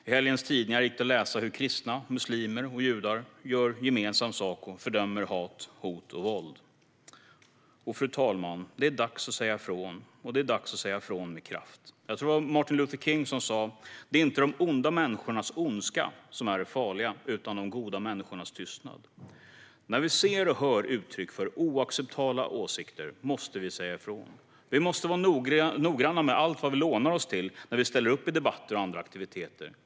I helgens tidningar gick det att läsa hur kristna, muslimer och judar gör gemensam sak och fördömer hat, hot och våld. Fru talman! Det är dags att säga ifrån. Det är dags att säga ifrån med kraft. Jag tror att det var Martin Luther King som sa: "Det är inte de onda människornas ondska som är det farliga, utan de goda människornas tystnad." När vi ser och hör uttryck för oacceptabla åsikter måste vi säga ifrån. Vi måste vara noggranna med allt vad vi lånar oss till när vi ställer upp i debatter och andra aktiviteter.